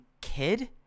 kid